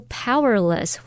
powerless